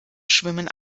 schwimmen